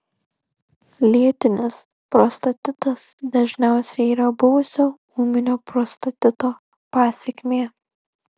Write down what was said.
lėtinis prostatitas dažniausiai yra buvusio ūminio prostatito pasekmė